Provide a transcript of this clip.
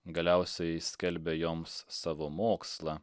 galiausiai skelbia joms savo mokslą